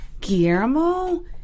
Guillermo